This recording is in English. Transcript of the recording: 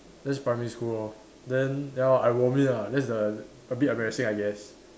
that's primary school lor then ya I vomit ah that's a a bit embarrassing I guess